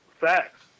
Facts